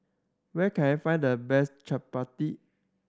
where can I find the best chappati